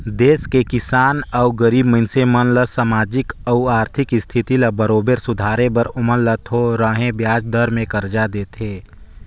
देस के किसान अउ गरीब मइनसे मन ल सामाजिक अउ आरथिक इस्थिति ल बरोबर सुधारे बर ओमन ल थो रहें बियाज दर में करजा देथे